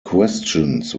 questions